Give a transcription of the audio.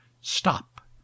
stop